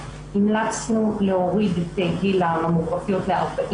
המלצנו להוריד את גיל הממוגרפיות ל-45.